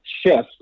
Shift